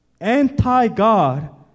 anti-God